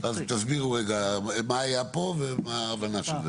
תסבירו מה היה פה ומה ההבנה של זה.